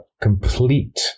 complete